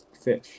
fish